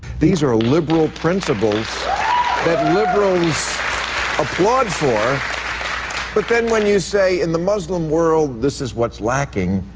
these are ah liberal principles that liberals applaud for but then when you say, in the muslim world, this is what's lacking,